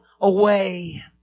away